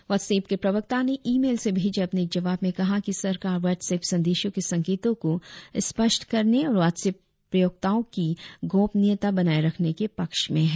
WhatsApp के प्रवक्ता ने ई मेल से भेजे अपने एक जवाब में कहा है कि सरकार व्हाट्सऐप संदेशों के संकेतों को स्पष्ट करने और व्हाट्सऐप प्रयोक्ताओं की गोपनीयता बनाये रखने के पक्ष में है